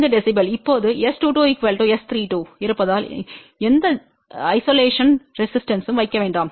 இப்போது S22 S32நம்மிடம் இருப்பதால் எந்த ஐசோலேஷன் ரெசிஸ்டன்ஸ்பையும் வைக்க வேண்டாம்